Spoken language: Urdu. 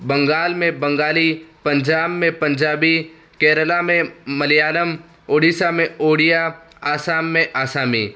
بنگال میں بنگالی پنجاب میں پنجابی کیرلہ میں ملیالم اڑیسہ میں اوڑیا آسام میں آسامی